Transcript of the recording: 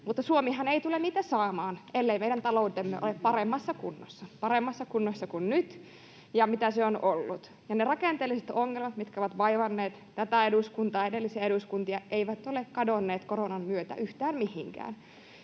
mutta Suomihan ei tule niitä saamaan, ellei meidän taloutemme ole paremmassa kunnossa, paremmassa kunnossa kuin nyt ja kuin mitä se on ollut. Ja ne rakenteelliset ongelmat, mitkä ovat vaivanneet tätä eduskuntaa ja edellisiä eduskuntia, eivät ole kadonneet koronan myötä yhtään mihinkään.